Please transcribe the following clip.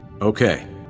Okay